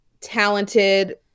talented